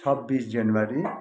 छब्बिस जनवरी